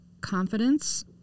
confidence